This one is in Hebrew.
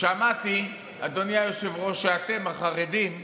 שמעתי, אדוני היושב-ראש, שאתם, החרדים,